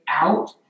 out